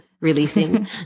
Releasing